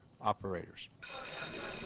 operators